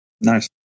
Nice